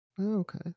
Okay